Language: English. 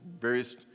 Various